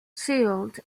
sealed